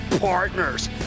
partners